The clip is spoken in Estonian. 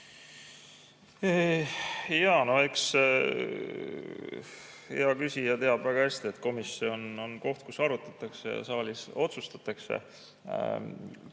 eks hea küsija teab väga hästi, et komisjon on koht, kus arutatakse, ja saalis otsustatakse.